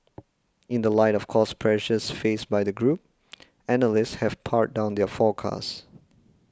in the light of cost pressures faced by the group analysts have pared down their forecasts